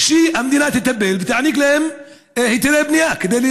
תודה רבה.